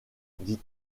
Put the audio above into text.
dit